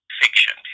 fiction